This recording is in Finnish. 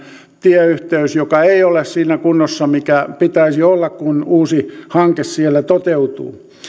tieyhteys joka ei ole siinä kunnossa missä pitäisi olla kun uusi hanke siellä toteutuu